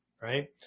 right